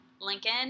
Lincoln